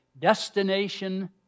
destination